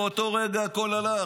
באותו רגע הכול הלך.